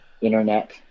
internet